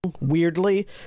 weirdly